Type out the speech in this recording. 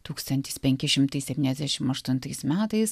tūkstantis penki šimtai septyniasdešim aštuntais metais